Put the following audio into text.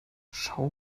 schau